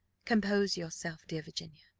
compose yourself, dear virginia.